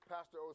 Pastor